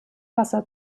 wasser